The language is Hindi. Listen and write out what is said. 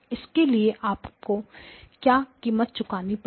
इसके लिए आपको क्या कीमत चुकानी पड़ी